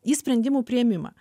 į sprendimų priėmimą